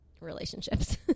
relationships